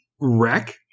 wreck